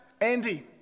Andy